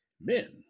Men